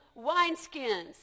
wineskins